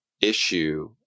issue